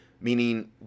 meaning